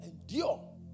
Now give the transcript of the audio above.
endure